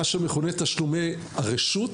תשלומי רשות